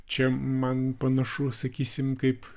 čia man panašu sakysim kaip